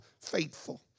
faithful